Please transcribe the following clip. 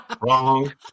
Wrong